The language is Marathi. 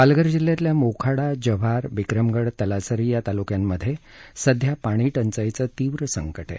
पालघर जिल्ह्यातल्या मोखाडा जव्हार विक्रमगड तलासरी या तालुक्यांमध्ये सध्या पाणी टंचाईचं तीव्र संकट आहे